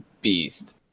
beast